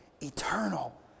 eternal